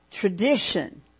tradition